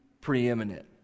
preeminent